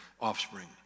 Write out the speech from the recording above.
offspring